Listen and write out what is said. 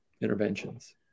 interventions